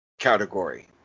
category